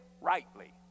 rightly